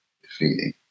defeating